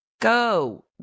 Go